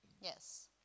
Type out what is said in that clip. Yes